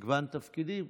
במגוון תפקידים,